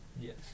Yes